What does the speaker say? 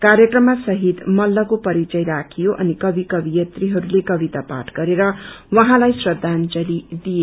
कार्यक्रममा शहीद मल्लको परिचय राखियो अनि कवि कवियत्रीहरूले कविता पाठ गरेर उहाँलाई श्रदाजंली दिए